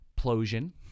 plosion